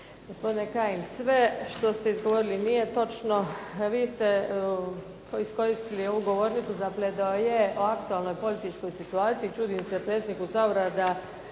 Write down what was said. Gospodine Kajin sve što ste izgovorili nije točno, vi ste iskoristili ovu govornicu za pledoaje o aktualnoj političkoj situaciji, čudim se predsjedniku Sabora da